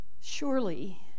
Surely